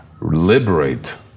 liberate